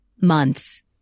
months